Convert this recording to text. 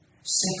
Six